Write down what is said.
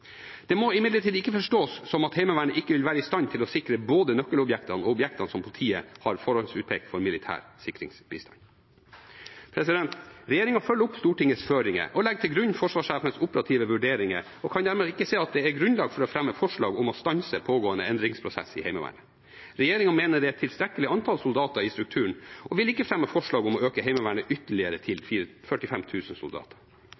Dette må imidlertid ikke forstås som at Heimevernet ikke vil være i stand til å sikre både nøkkelobjektene og objektene som politiet har forhåndsutpekt for militær sikringsbistand. Regjeringen følger opp Stortingets føringer og legger til grunn forsvarssjefens operative vurderinger og kan dermed ikke se at det er grunnlag for å fremme forslag om å stanse pågående endringsprosesser i Heimevernet. Regjeringen mener at det er et tilstrekkelig antall soldater i strukturen og vil ikke fremme forslag om å øke Heimevernet ytterligere til 45 000 soldater.